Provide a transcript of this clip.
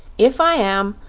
if i am,